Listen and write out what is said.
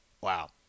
Wow